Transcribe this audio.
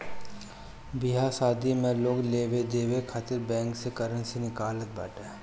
बियाह शादी में लोग लेवे देवे खातिर बैंक से करेंसी निकालत बाटे